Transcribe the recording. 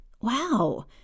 wow